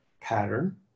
pattern